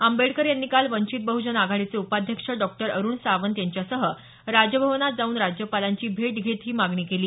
आंबेडकर यांनी काल वंचित बहजन आघाडीचे उपाध्यक्ष डॉक्टर अरुण सावंत यांच्यासह राजभवनात जाऊन राज्यपालांची भेट घेत ही मागणी केली